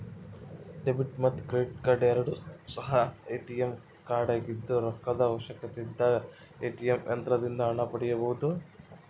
debit ಮತ್ತು credit card ಎರಡು ಸಹ ಎ.ಟಿ.ಎಂ ಕಾರ್ಡಾಗಿದ್ದು ರೊಕ್ಕದ ಅವಶ್ಯಕತೆಯಿದ್ದಾಗ ಎ.ಟಿ.ಎಂ ಯಂತ್ರದಿಂದ ಹಣ ಪಡೆಯಬೊದು